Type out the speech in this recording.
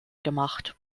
gemacht